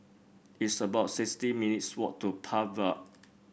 it's about sixty minutes' walk to Park Vale